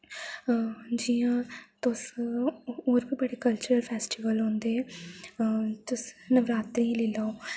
जियां तुस होर गे बड़े कल्चरल फैस्टिवल होंदे तुस नवरात्रे गे लेई लाओ